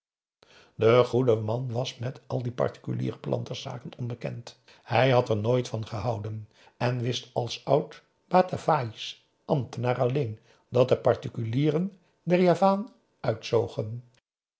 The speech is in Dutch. de goede man was met al die particuliere planterszaken onbekend hij had er nooit van gehouden en wist als oud bataviasch ambtenaar alleen dat de particulieren den javaan